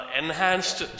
enhanced